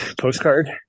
postcard